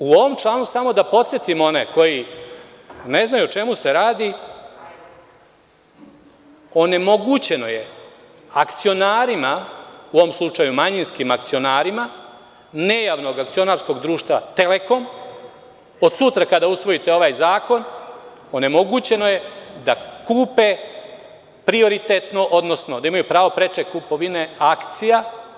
U ovom članu, samo da podsetim one koji ne znaju o čemu se radi, onemogućeno je akcionarima, u ovom slučaju manjinskim akcionarima, nejavnog akcionarskog društva „Telekom“, od sutra kada usvojite ovaj zakon, onemogućeno je da kupe prioritetno, odnosno da imaju pravo preče kupovine akcija.